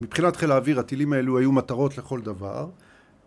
מבחינת חיל האוויר הטילים האלו היו מטרות לכל דבר